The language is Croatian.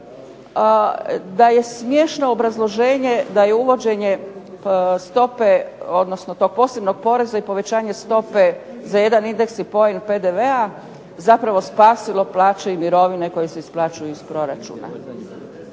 da je smiješno obrazloženje da je uvođenje stope, odnosno tog posebnog poreza i povećanje stope za jedan indeks i poen PDV-a zapravo spasilo plaće i mirovine koje se isplaćuju iz proračuna.